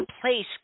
place